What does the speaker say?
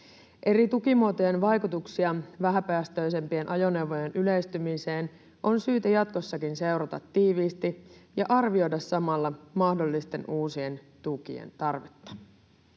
Eri tukimuotojen vaikutuksia vähäpäästöisempien ajoneuvojen yleistymiseen on syytä jatkossakin seurata tiiviisti ja arvioida samalla mahdollisten uusien tukien tarvetta.